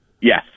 Yes